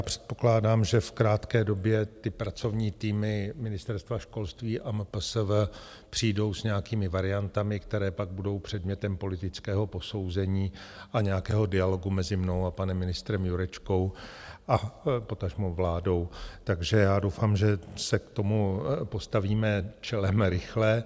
Předpokládám, že v krátké době pracovní týmy Ministerstva školství a MPSV přijdou s nějakými variantami, které pak budou předmětem politického posouzení a nějakého dialogu mezi mnou a panem ministrem Jurečkou a potažmo vládou, takže doufám, že se k tomu postavíme čelem rychle.